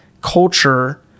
culture